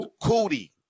Cootie